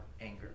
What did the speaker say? anger